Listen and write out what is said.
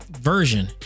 version